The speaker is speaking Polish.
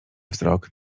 wzrok